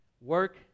work